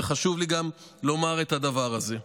וחשוב לי לומר את הדבר הזה.